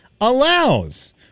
allows